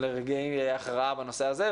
לרגעי הכרעה בנושא הזה,